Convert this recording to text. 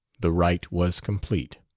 the rite was complete.